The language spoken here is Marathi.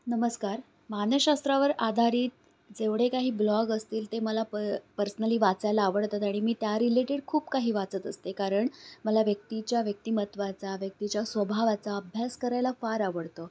नमस्कार मानसशास्त्रावर आधारित जेवढे काही ब्लॉग असतील ते मला प पर्सनली वाचायला आवडतात आणि मी त्या रिलेटेड खूप काही वाचत असते कारण मला व्यक्तीच्या व्यक्तिमत्वाचा व्यक्तीच्या स्वभावाचा अभ्यास करायला फार आवडतं